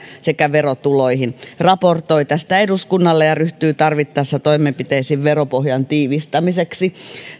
sekä verotuloihin raportoi tästä eduskunnalle ja ryhtyy tarvittaessa toimenpiteisiin veropohjan tiivistämiseksi